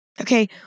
Okay